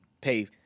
pay